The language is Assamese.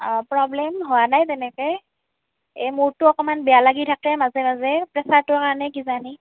অঁ প্ৰব্লেম হোৱা নাই তেনেকৈ এ মোৰটো অকণমান বেয়া লাগি থাকে মাজে মাজে প্ৰেচাৰটোৰ কাৰণে কিজানি